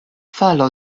falo